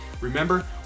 Remember